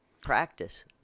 practice